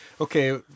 okay